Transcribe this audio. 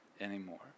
anymore